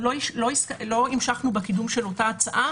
לא המשכנו בקידום אותה הצעה